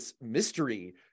mystery